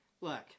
Look